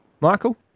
Michael